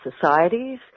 societies